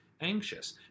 anxious